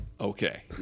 okay